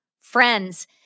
Friends